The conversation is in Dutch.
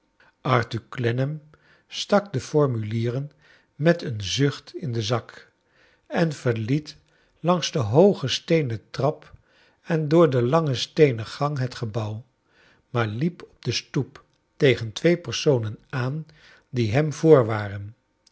arthur clennam stak de formulieren met e'en zucht in den zak en verliet langs de hooge steenen trap en door de lange steenen gang het gebouw maar liep op de stoep tegen twee personen aan die hem